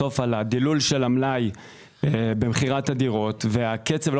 בסוף על הדילול של המלאי במכירת הדירות ולא